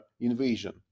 invasion